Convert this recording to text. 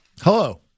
Hello